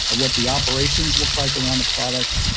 what the operations look like around a product,